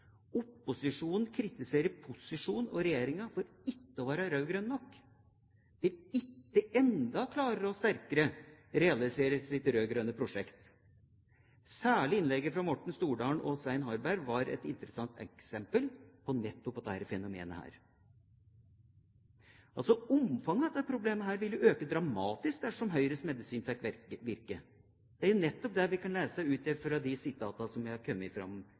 Opposisjonen kritiserer posisjonen og regjeringa for ikke å være rød-grønn nok, til ikke enda klarere og sterkere realisere sitt rød-grønne prosjekt. Særlig innleggene fra Morten Stordalen og Svein Harberg var interessante eksempel på nettopp dette fenomenet. Omfanget av dette problemet vil jo øke dramatisk dersom Høyres medisin fikk virke. Det er jo nettopp det vi kan lese ut fra de sitatene som en har kommet fram